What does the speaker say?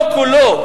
לא כולו,